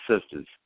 sisters